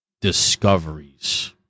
discoveries